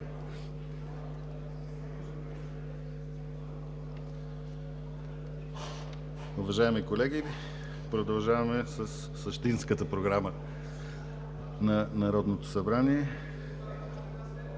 Уважаеми колеги, продължаваме със същинската програма на Народното събрание.